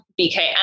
BKM